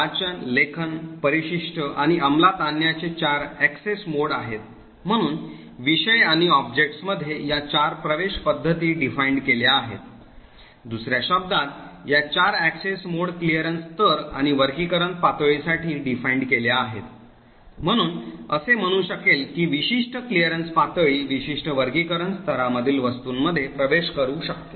वाचन लेखन परिशिष्ट आणि अंमलात आणण्याचे चार ऍक्सेस मोड आहेत म्हणून विषय आणि ऑब्जेक्ट्समध्ये या चार प्रवेश पद्धती परिभाषित केल्या आहेत दुसऱ्या शब्दांत या चार अॅक्सेस मोड क्लीयरन्स स्तर आणि वर्गीकरण पातळीसाठी परिभाषित केल्या आहेत म्हणून असे म्हणू शकेल की विशिष्ट क्लिरेन्स पातळी विशिष्ट वर्गीकरण स्तरामधील वस्तूंमध्ये प्रवेश करू शकते